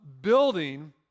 building